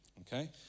okay